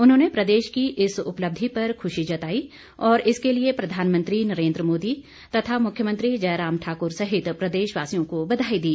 उन्होंने प्रदेश की इस उपलब्धि पर खुशी जताई और इसके लिए प्रधानमंत्री नरेन्द्र मोदी तथा मुख्यमंत्री जयराम ठाक्र सहित प्रदेश वासियों को बधाई दी